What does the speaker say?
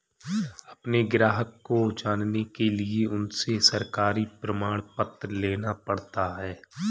अपने ग्राहक को जानने के लिए उनसे सरकारी प्रमाण पत्र लेना पड़ता है